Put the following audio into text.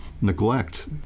Neglect